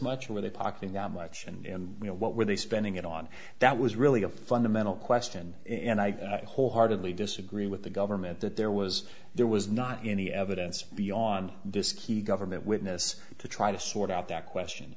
much where they pocketing that much in you know what were they spending it on that was really a fundamental question and i wholeheartedly disagree with the government that there was there was not any evidence beyond diski government witness to try to sort out that question